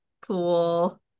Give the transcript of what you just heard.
cool